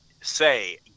say